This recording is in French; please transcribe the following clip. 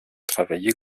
travaillé